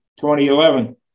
2011